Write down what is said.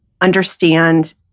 understand